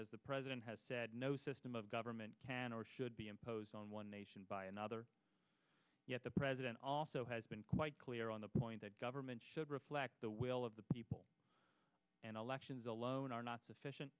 as the president has no system of government can or should be imposed on one nation by another yet the president also has been quite clear on the point that government should reflect the will of the people and elections alone are not sufficient